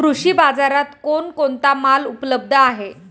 कृषी बाजारात कोण कोणता माल उपलब्ध आहे?